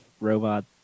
robot